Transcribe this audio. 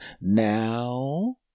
Now